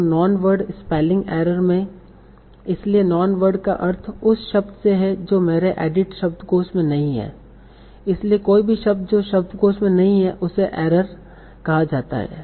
तो non word spelling error में इसलिए नॉन वर्ड का अर्थ उस शब्द से है जो मेरे एडिट शब्दकोश में नहीं है इसलिए कोई भी शब्द जो शब्दकोष में नहीं है उसे एरर एरर कहा जाता है